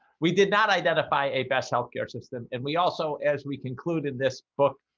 we did not identify a best health care system and we also as we conclude in this book,